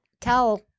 tell